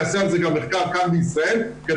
שיעשה על זה מחקר גם כאן בישראל כדי